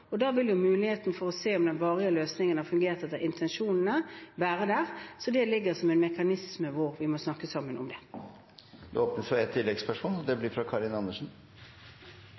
Da vil muligheten for å se om den varige løsningen har fungert etter intensjonene, være der. Så det ligger som en mekanisme hvor vi må snakke sammen om det. Det åpnes for ett oppfølgingsspørsmål – fra Karin Andersen.